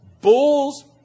bulls